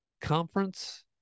conference